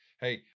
Hey